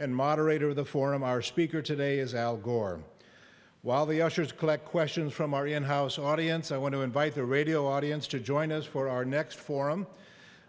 and moderator of the forum our speaker today is al gore while the ushers collect questions from our in house audience i want to invite the radio audience to join us for our next forum